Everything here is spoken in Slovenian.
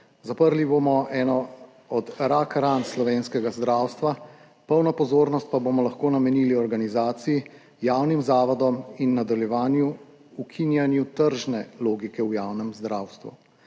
Zaprli bomo eno od rakran slovenskega zdravstva, polno pozornost pa bomo lahko namenili organizaciji, javnim zavodom in nadaljevanju ukinjanja tržne logike v javnem zdravstvu.